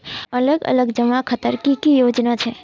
अलग अलग जमा खातार की की योजना छे?